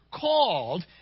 called